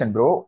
Bro